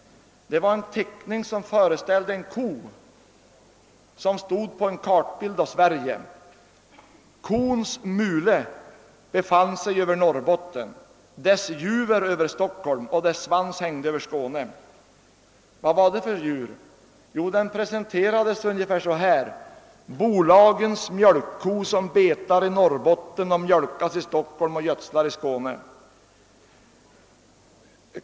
Det var en teckning som föreställde en ko som stod på en kartbild av Sverige. Kons mule befann sig över Norrbotten, juvret över Stockholm och svansen över Skåne. Den presenterades som bolagens mjölkko, som betar i Norrbotten, mjölkas i Stockholm och gödslar i Skåne.